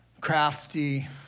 crafty